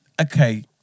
Okay